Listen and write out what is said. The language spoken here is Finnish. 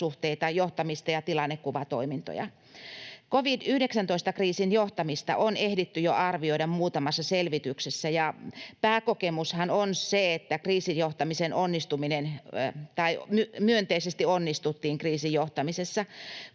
valtasuhteita, johtamista ja tilannekuvatoimintoja. Covid-19-kriisin johtamista on ehditty jo arvioida muutamassa selvityksessä, ja pääkokemushan on se, että myönteisesti onnistuttiin kriisin johtamisessa.